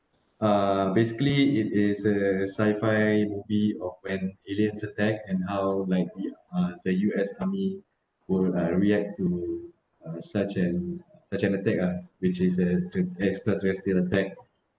uh basically it is a sci-fi movie of an alien's attack and how like uh the U_S army would uh react to uh such an such an attack ah which is a uh extraterrestrial attack